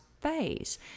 phase